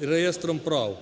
реєстром прав.